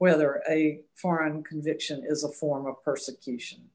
whether a foreign conviction is a form of persecution